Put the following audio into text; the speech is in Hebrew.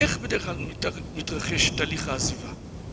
איך בדרך כלל מתרחש תהליך העזיבה?